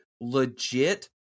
legit